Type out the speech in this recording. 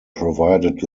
provided